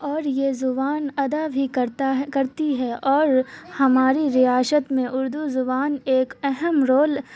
اور یہ زبان ادا بھی کرتا ہے کرتی ہے اور ہماری ریاست میں اردو زبان ایک اہم رول